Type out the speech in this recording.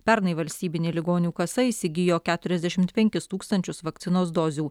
pernai valstybinė ligonių kasa įsigijo keturiasdešimt penkis tūkstančius vakcinos dozių